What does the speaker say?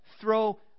throw